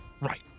Right